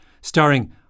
starring